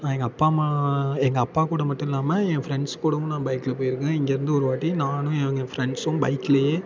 நான் எங்கள் அப்பா அம்மா எங்கள் அப்பா கூட மட்டும் இல்லாமல் என் ஃப்ரெண்ட்ஸ் கூடவும் நான் பைக்கில் போய்ருக்கேன் இங்கேயிருந்து ஒருவாட்டி நானும் எங்கள் ஃப்ரெண்ட்ஸும் பைக்குலேயே